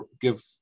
give